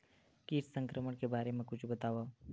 कीट संक्रमण के बारे म कुछु बतावव?